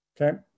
Okay